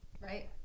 right